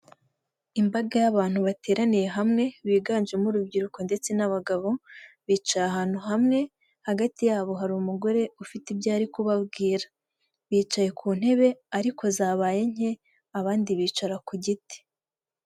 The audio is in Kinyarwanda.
Imbaga y'abantu bateraniye hamwe biganjemo urubyiruko ndetse n'abagabo bicaye ahantu hamwe hagati yabo hari umugore ufite ibyo ari kubabwira, bicaye ku ntebe ariko zabaye nke abandi bicara ku giti.